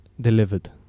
delivered